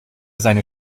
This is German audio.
seine